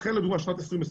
לכן לדוגמה שנת 2020,